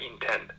intent